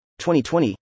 2020